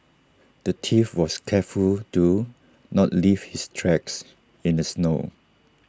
the thief was careful to not leave his tracks in the snow